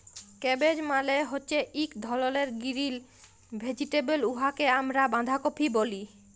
cabbage মালে হছে ইক ধরলের গিরিল ভেজিটেবল উয়াকে আমরা বাঁধাকফি ব্যলি